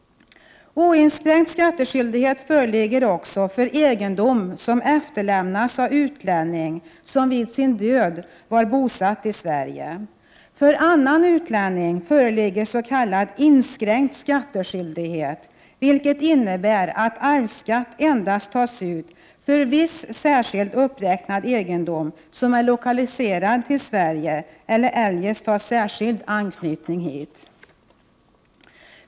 Oinskränkt skattskyldighet föreligger också för egendom som efterlämnas av utlänning som vid sin död var bosatt i Sverige. För annan utlänning föreligger s.k. inskränkt skattskyldighet, vilket innebär att arvsskatt endast tas ut för viss särskilt uppräknad egendom som är lokaliserad till Sverige eller eljest har särskild anknytning hit.